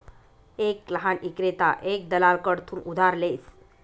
एक लहान ईक्रेता एक दलाल कडथून उधार लेस